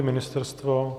Ministerstvo?